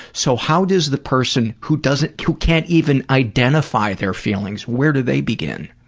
so how does the person who doesn't who can't even identify their feelings, where do they begin?